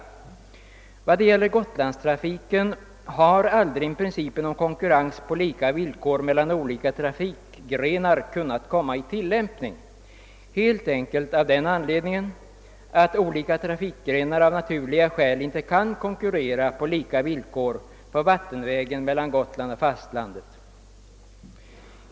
När det gäller Gotlandstrafiken har aldrig principen om konkurrens på lika villkor mellan olika trafikgrenar kunnat tilllämpas, helt enkelt av den anledningen att olika trafikgrenar av naturliga skäl inte kan konkurrera på lika villkor på vattenvägen mellan Gotland och fastlandet.